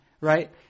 right